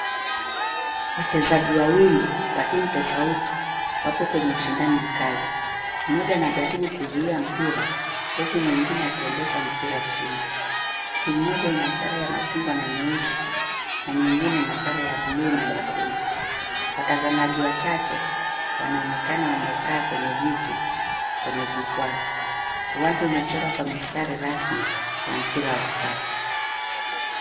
Wachezaji wawili wa timu tofauti wapo kwenye ushindani mkali. Mmoja anajaribu kuzuia mpira huku mwingine akiendesha mpira chini. Timu moja ina sare ya machungwa na nyeusi na nyingine ina sare ya buluu na nyekundu. Watazamaji wachache wanaonekana wamekaa kwenye viti kwenye jukwaa. Uwanja umechorwa kwa mistari rasmi ya mpira wa vikapu.